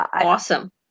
awesome